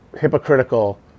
hypocritical